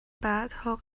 بعدها